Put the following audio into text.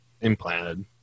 implanted